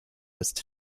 ist